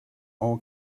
all